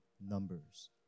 numbers